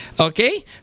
okay